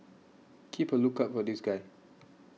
keep a lookout for this guy